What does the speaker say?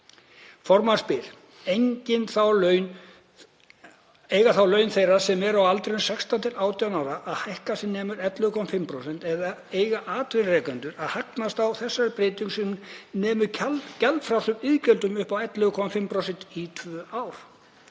Formaður spyr: Eiga þá laun þeirra sem eru á aldrinum 16 til 18 ára að hækka sem nemur 11,5% eða eiga atvinnurekendur að hagnast á þessari breytingu sem nemur gjaldfrjálsum iðgjöldum upp á 11,5% í 2 ár?